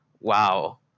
wow